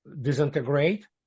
disintegrate